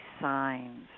signs